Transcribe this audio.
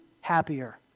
happier